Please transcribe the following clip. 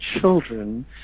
children